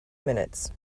minutes